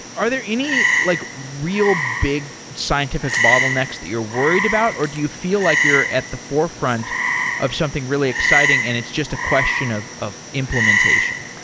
are there any like real big scientific bottlenecks that you're worried about, or do you feel like you're at the forefront of something really exciting and it's just a question of of implementation?